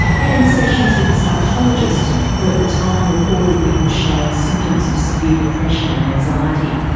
and sessions with a psychologist who at the time reported mick was showing symptoms of severe depression and anxiety.